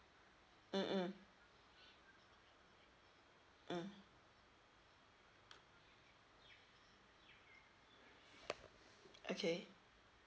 mm mm okay